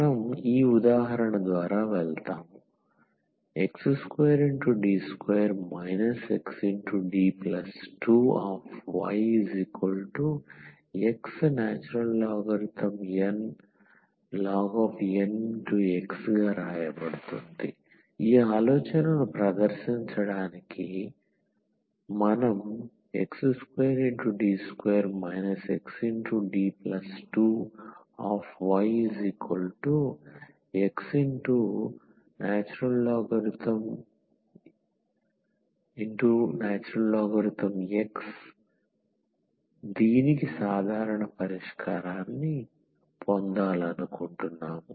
మనం ఈ ఉదాహరణ ద్వారా వెళ్దాం x2D2 xD2yxln x ఈ ఆలోచనను ప్రదర్శించడానికి మనం x2D2 xD2yxln x దీనికి సాధారణ పరిష్కారాన్ని పొందాలనుకుంటున్నాము